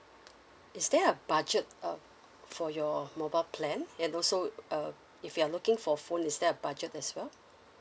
is there a budget uh for your mobile plan and also uh if you're looking for phone is there a budget as well